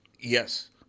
Yes